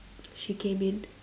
she came in